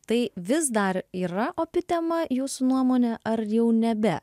tai vis dar yra opi tema jūsų nuomone ar jau nebe